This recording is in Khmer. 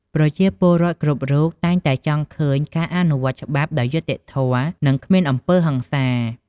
ប្រជាពលរដ្ឋគ្រប់រូបតែងតែចង់ឃើញ ការអនុវត្តច្បាប់ដោយយុត្តិធម៌ និងគ្មានអំពើហិង្សា។